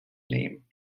name